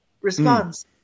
response